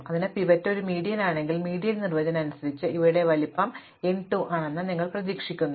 അതിനാൽ പിവറ്റ് ഒരു മീഡിയൻ ആണെങ്കിൽ മീഡിയൻ നിർവചനം അനുസരിച്ച് ഇവയുടെ വലുപ്പം n 2 ആണെന്ന് നിങ്ങൾ പ്രതീക്ഷിക്കുന്നു